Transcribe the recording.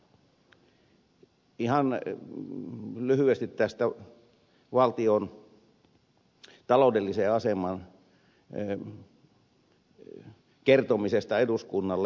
ihan lyhyesti tästä valtion taloudellisen aseman kertomisesta eduskunnalle